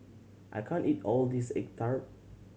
I can't eat all of this egg tart